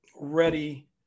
ready